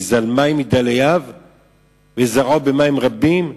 "יזל מים מדליו וזרעו במים רבים"?